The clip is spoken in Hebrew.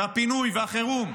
הפינוי והחירום.